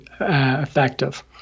effective